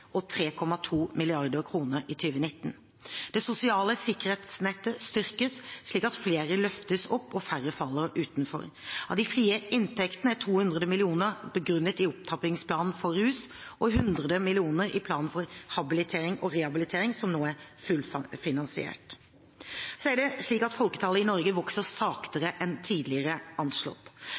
og 3,2 mrd. kr i 2019. Det sosiale sikkerhetsnettet styrkes, slik at flere løftes opp og færre faller utenfor. Av de frie inntektene er 200 mill. kr begrunnet i Opptrappingsplanen for rusfeltet og 100 mill. kr i Handlingsplan for habilitering og rehabilitering, som nå er fullfinansiert. Folketallet i Norge vokser saktere enn tidligere anslått.